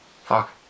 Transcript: Fuck